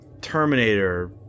Terminator